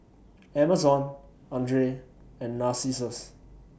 Amazon Andre and Narcissus